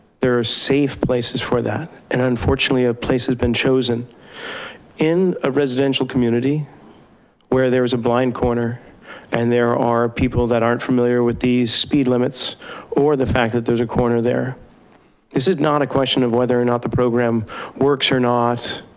there are safe places for that, and unfortunately a place has been chosen in a residential community where there's a blind corner and there are people that aren't familiar with the speed limits or the fact that there's a corner there. this is not a question of whether or not the program works or not,